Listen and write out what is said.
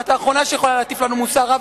את האחרונה שיכולה להטיף לנו מוסר.